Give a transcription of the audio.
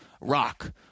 Rock